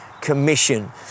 Commission